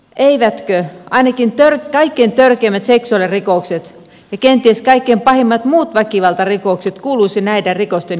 eivätkö ainakin kaikkein törkeimmät seksuaalirikokset ja kenties kaikkein pahimmat muut väkivaltarikokset kuuluisi näiden rikosten joukkoon